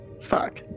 fuck